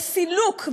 בסילוק,